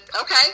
okay